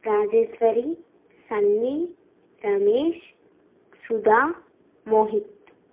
Rajeshwari Sunny Ramesh Sudha Mohit